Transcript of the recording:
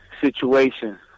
situation